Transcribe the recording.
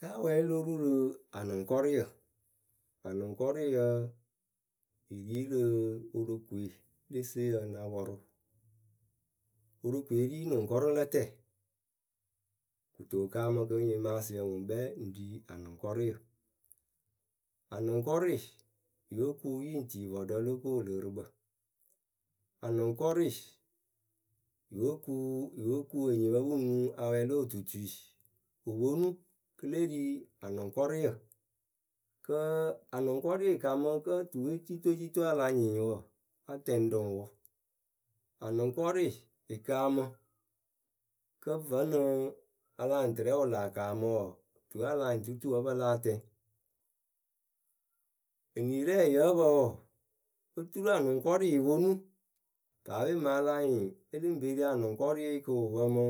Náa wɛɛlɩ lo ru rɨ anɨŋkɔrɩyǝ. Anɨŋkɔrɩyǝ, yǝ ri rɨ Worokoe le seyǝ ŋ na pɔrʊ Worokoe ri nʊŋkɔrʊlǝtǝǝ Kɨto wɨ kaamɨ kɨ nyɩmaasɩyǝ ŋwɨ ŋkpɛ ŋ ri anʊŋkɔrɩyǝ Anʊŋkɔrʊɩ yóo kuŋ yɨ ŋ tii vɔɔɖǝ lo ko wɨlɨɨrɨkpǝ. Anʊŋkɔrɩɩ yóo kuu, yóo ku enyipǝ pɨ ŋ nuŋ awɛ lo otutui. Wɨ ponu kɨ le ri anʊŋkɔrɩyǝ Kǝ́, anʊŋkɔrɩɩ wɨ kamɨ kǝ́ tuwe citocito a la nyɩŋ wǝ, áa tɛŋ rɨ ŋwʊ Anʊŋkɔrɩɩ yɨ kaamɨ kǝ́ vǝ́nɨ a la nyɩŋ tɨrɛ wɨ laa kaamǝ wɔɔ, tuwe a la nyɩŋ tutu wǝ́ pɨ láa tɛŋ Enirɛɛ yǝ́ǝ pǝ wɔɔ oturu anʊŋkɔrɩɩ yɨ ponu Paape mɨŋ a la nyɩŋ e lɨ ŋ pe ri anʊŋkɔrɩɩ kɨ wɨ pǝ mɨ